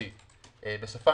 שלושה,